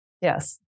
Yes